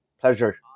Pleasure